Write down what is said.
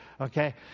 okay